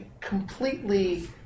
completely